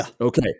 Okay